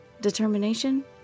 Determination